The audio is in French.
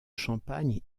champagne